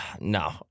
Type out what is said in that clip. no